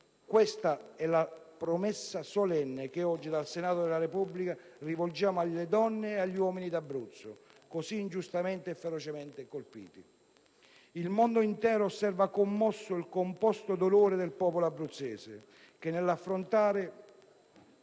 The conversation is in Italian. Questa è la promessa solenne che oggi dal Senato della Repubblica rivolgiamo alle donne e agli uomini d'Abruzzo, così ingiustamente e ferocemente colpiti. Il mondo intero osserva commosso il composto dolore del popolo abruzzese, che nell'affrontare